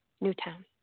Newtown